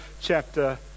chapter